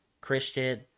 Christian